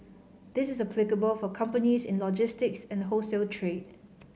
this is applicable for companies in logistics and wholesale trade